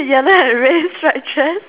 yellow and red striped dress